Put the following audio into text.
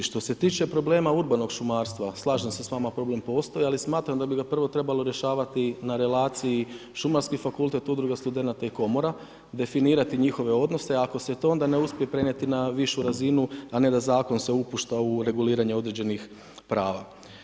Što se tiče, problema urbanog šumarstva, slažem se s vama problem postoji ali smatram da bi ga prvo trebalo rješavati na relaciji Šumarski fakultet, udruga studenata i komora, definirati njihove odnose, ako se to onda ne uspije, prenijeti na višu razinu a ne da zakon se upušta u reguliranje određenih prava.